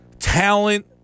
Talent